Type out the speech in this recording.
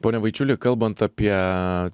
pone vaičiuli kalbant apie